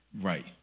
right